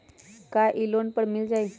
का इ लोन पर मिल जाइ?